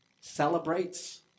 celebrates